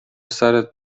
سرت